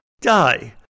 die